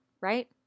right